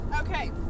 Okay